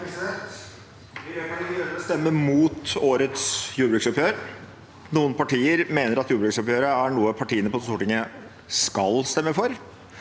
De Grønne stemmer mot årets jordbruksoppgjør. Noen partier mener at jordbruksoppgjøret er noe partiene på Stortinget skal stemme for